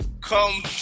come